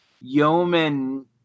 yeoman